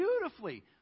beautifully